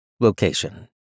Location